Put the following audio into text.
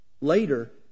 Later